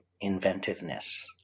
inventiveness